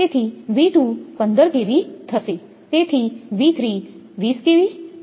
તેથી 15 kV હશે